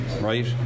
right